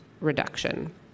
reduction